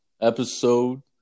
Episode